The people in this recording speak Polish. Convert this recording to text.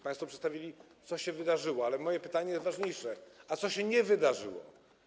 Państwo przedstawili, co się wydarzyło, a moje pytanie jest ważniejsze: Co się nie wydarzyło?